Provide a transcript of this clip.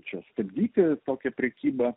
čia stabdyti tokią prekybą